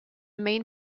main